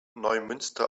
neumünster